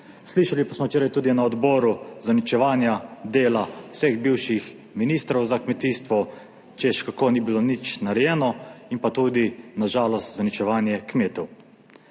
Slišali pa smo včeraj tudi na odboru zaničevanja dela vseh bivših ministrov za kmetijstvo, češ, kako ni bilo nič narejeno in pa tudi na žalost zaničevanje kmetov.